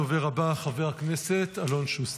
הדובר הבא, חבר הכנסת אלון שוסטר.